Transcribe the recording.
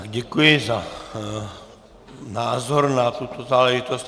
Děkuji za názor na tuto záležitost.